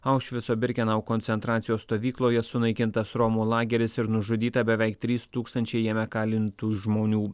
aušvico birkenau koncentracijos stovykloje sunaikintas romų lageris ir nužudyta beveik trys tūkstančiai jame kalintų žmonių